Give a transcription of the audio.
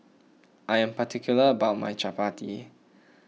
I am particular about my Chappati